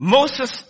Moses